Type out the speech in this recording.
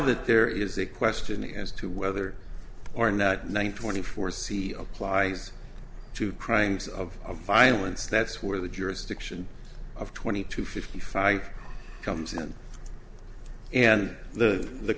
that there is a question as to whether or not nine twenty four c applies to crimes of violence that's where the jurisdiction of twenty to fifty five comes in and the the